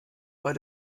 bei